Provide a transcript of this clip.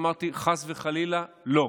אמרתי: חס וחלילה, לא.